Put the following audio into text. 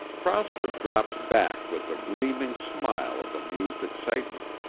prosper dropped back with a gleaming smile of amused excitement.